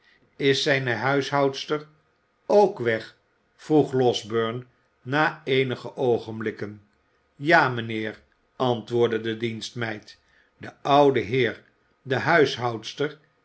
is zijne huishoudster ook weg vroeg losberne na eenige oogenblikken ja mijnheer antwoordde de dienstmeid de oude heer de